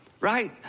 Right